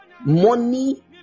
money